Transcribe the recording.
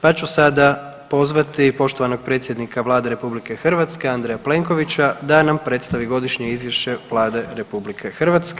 Pa ću sada pozvati poštovanog predsjednika Vlade RH Andreja Plenkovića da nam predstavi Godišnje izvješće Vlade RH.